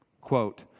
quote